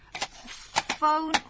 phone